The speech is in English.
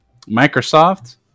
Microsoft